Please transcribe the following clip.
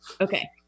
okay